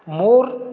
ਮੋਰ